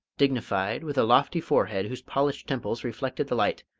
dignified, with a lofty forehead whose polished temples reflected the light,